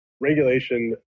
regulation